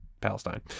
palestine